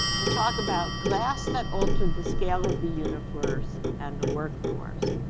and talk about glass that altered the scale of the universe and the work force.